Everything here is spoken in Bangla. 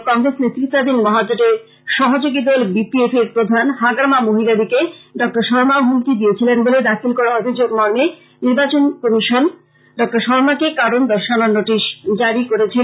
কংগ্রেস নেতৃতাধীন মহাজোটের সহযোগী দল বিপিএফ এর প্রধান হাগ্রামা মহিলারীকে ড শর্মা হুমকি দিয়েছিলেন বলে দাখিল করা অভিযোগ মর্মে নির্বাচনী কমিশন ডক্টর শর্মাকে কারণ দর্শানোর নোটিশ জারী করেছিল